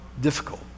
difficult